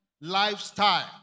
lifestyle